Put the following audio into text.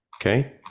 Okay